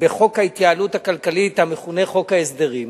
בחוק ההתייעלות הכלכלית, המכונה חוק ההסדרים,